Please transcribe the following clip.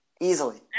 Easily